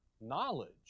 knowledge